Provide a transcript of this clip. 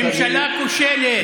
ממשלה כושלת.